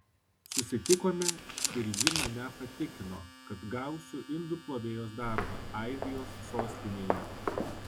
susitikome ir ji mane patikino kad gausiu indų plovėjos darbą airijos sostinėje